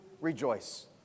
rejoice